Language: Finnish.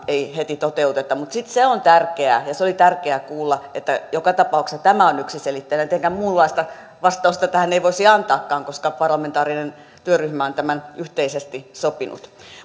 ei heti toteuteta sitten se on tärkeää ja se oli tärkeää kuulla että joka tapauksessa tämä on yksiselitteinen tietenkään muunlaista vastausta tähän ei voisi antaakaan koska parlamentaarinen työryhmä on tämän yhteisesti sopinut